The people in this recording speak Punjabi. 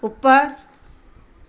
ਉੱਪਰ